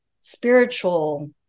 spiritual